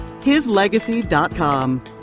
hislegacy.com